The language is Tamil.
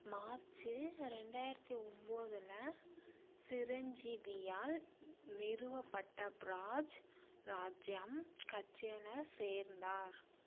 மார்ச் ரெண்டாயிரத்தி ஒம்பதுல சிரஞ்சீவியால் நிறுவப்பட்ட ப்ராஜ் ராஜ்யம் கட்சியில் சேர்ந்தார்